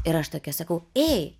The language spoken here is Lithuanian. ir aš tokia sakau ei